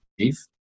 chief